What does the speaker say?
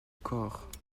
corps